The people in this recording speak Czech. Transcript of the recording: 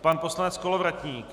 Pan poslanec Kolovratník.